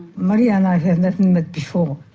maria and i have never met before.